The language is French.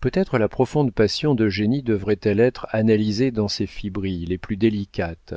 peut-être la profonde passion d'eugénie devrait elle être analysée dans ses fibrilles les plus délicates